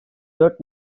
dört